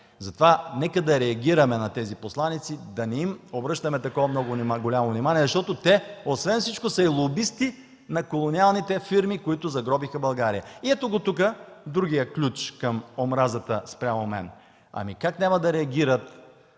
Затова нека да реагираме на тези посланици, да не им обръщаме такова голямо внимание, защото освен всичко те са и лобисти на колониалните фирми, които загробиха България. И ето го тук другия ключ към омразата спрямо мен. Как няма да реагират